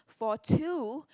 for two